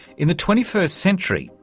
in the twenty first century,